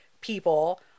people –